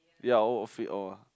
ya all will fit all ah